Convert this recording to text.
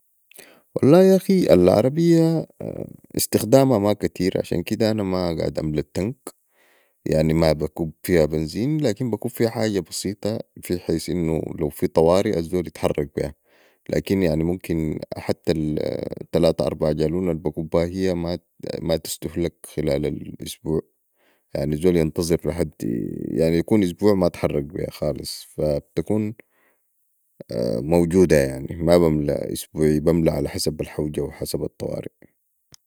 والله ياخ العربية استخدامها ما كتير عشان كده أنا مافعد املي التنك يعني ما بكب فيها بنزين لكن بكب فيها حاجه بسيطه بحيث انو لو في طواري الزول يتحرك بيهالكن يعني ممكن حتي التلاته اربعه جالون البكبها هي ما تستهلك خلال الا اسبوع يعني الزول ينتظر لحدي يعني يكون اسبوع ما اتحرك بيها خالص فا بتكون موجودة يعني مابملي اسبوعيا بملي حسب الحوجه وحسب الطواري